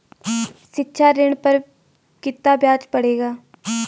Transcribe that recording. शिक्षा ऋण पर कितना ब्याज पड़ेगा?